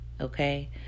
okay